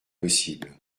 possible